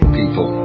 people